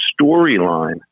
storyline